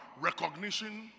recognition